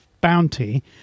bounty